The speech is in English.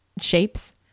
shapes